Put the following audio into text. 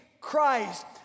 Christ